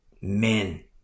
men